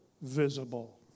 visible